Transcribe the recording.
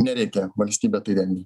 nereikia valstybė tai dengia